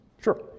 Sure